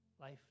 Life